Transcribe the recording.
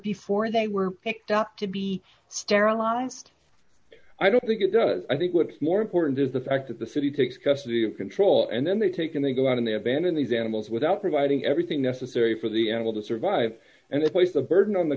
before they were picked out to be sterilized i don't think it does i think what's more important is the fact that the city takes custody control and then they take and they go out and they abandon these animals without providing everything necessary for the animal to survive and they place the burden on the